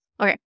Okay